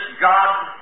God